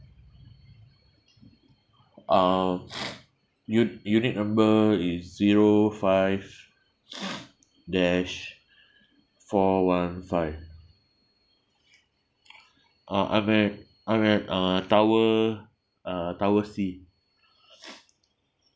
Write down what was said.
uh u~ unit number is zero five dash four one five uh I'm at I'm at uh tower uh tower C